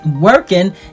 working